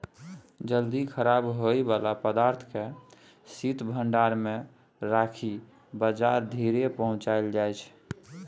जल्दी खराब होइ बला पदार्थ केँ शीत भंडारण मे राखि बजार धरि पहुँचाएल जाइ छै